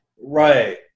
Right